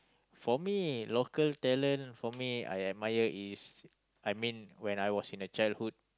for me local talent for me I admire is I mean when I was in the childhood